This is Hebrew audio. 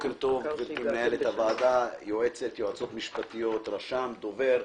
גבירתי מנהלת הוועדה, יועצות משפטיות, רשם, דובר,